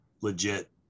legit